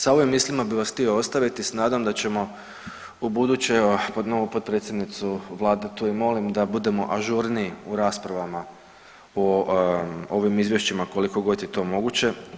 Sa ovim mislima bi vas htio ostaviti s nadom da ćemo ubuduće evo novu potpredsjednicu vlade tu je molim da budemo ažurniji u raspravama o ovim izvješćima kolikogod je to moguće.